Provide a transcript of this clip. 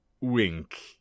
Wink